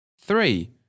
Three